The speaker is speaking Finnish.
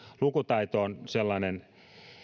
lukutaito on sellainen